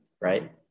right